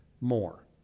more